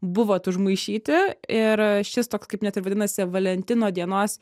buvot užmaišyti ir šis toks kaip net ir vadinasi valentino dienos